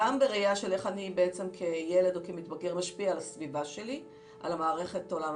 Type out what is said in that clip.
גם בראייה של איך אני כילד או מתבגר משפיע על הסביבה שלי ועל משפחתי,